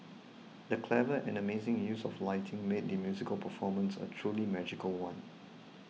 the clever and amazing use of lighting made the musical performance a truly magical one